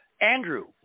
andrew